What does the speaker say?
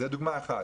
זאת דוגמה אחת.